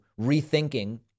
rethinking